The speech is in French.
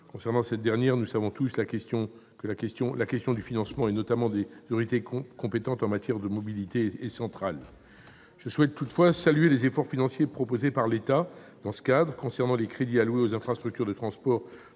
À cet égard, nous le savons tous, la question du financement, notamment des autorités compétentes en matière de mobilité, est centrale. Je souhaite toutefois saluer les efforts financiers proposés par l'État. Les crédits alloués aux infrastructures de transport